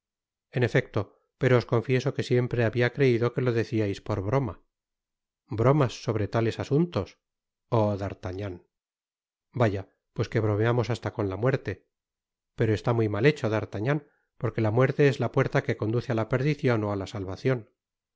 en efecto pero os confieso que siempre habia creido que lo deciais por broma bromas sobre tales asuntos oh d'artagnan vaya pues que bromeamos hasta con la muerte pero está muy mat hecho d'artagnan porque la muerte es la puerta que conduce á la perdicion ó á la salvacion